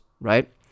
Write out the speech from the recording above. right